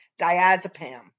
diazepam